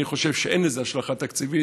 אני חושב שאין לזה השלכה תקציבית,